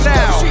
now